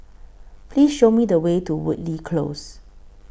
Please Show Me The Way to Woodleigh Close